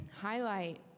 highlight